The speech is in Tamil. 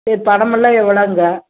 சரி பணமெல்லாம் எவ்வளோங்க